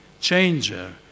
changer